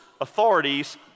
authorities